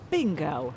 Bingo